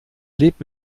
lebt